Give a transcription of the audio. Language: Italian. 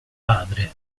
padre